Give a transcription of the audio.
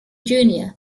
junior